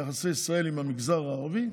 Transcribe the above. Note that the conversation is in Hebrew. יחסי ישראל עם המגזר הערבי,